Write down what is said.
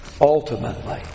ultimately